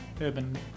urban